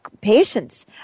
patients